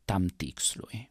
tam tikslui